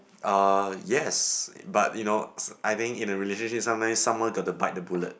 uh yes but you know s~ I think in a relationship sometimes someone got to bite the bullet